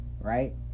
Right